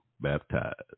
baptized